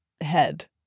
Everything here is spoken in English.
head